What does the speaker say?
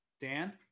dan